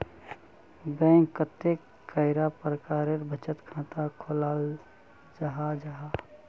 Bank कतेक कैडा प्रकारेर बचत खाता खोलाल जाहा जाहा?